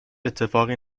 اتفاقی